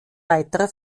weitere